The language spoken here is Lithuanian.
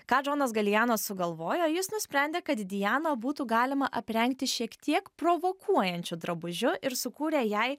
ką džonas galijano sugalvojo jis nusprendė kad dianą būtų galima aprengti šiek tiek provokuojančiu drabužiu ir sukūrė jai